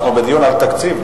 אנחנו בדיון על תקציב,